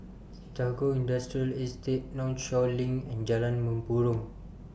Tagore Industrial Estate Northshore LINK and Jalan Mempurong